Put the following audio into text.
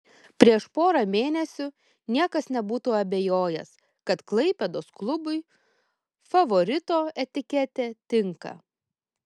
prieš porą mėnesių niekas nebūtų abejojęs kad klaipėdos klubui favorito etiketė tinka